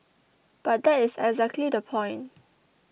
but that is exactly the point